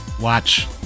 Watch